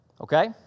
Okay